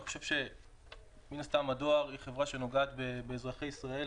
אני חושב שמן הסתם הדואר היא חברה שנוגעת באזרחי ישראל,